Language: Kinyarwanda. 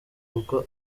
kuko